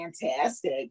Fantastic